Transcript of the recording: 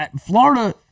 Florida